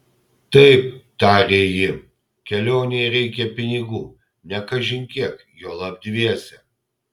taip tarė ji kelionei reikia pinigų ne kažin kiek juolab dviese